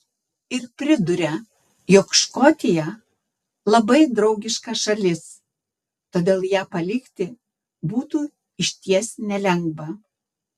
ir priduria jog škotija labai draugiška šalis todėl ją palikti būtų išties nelengva